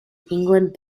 england